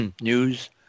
news